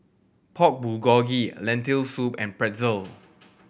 Pork Bulgogi Lentil Soup and Pretzel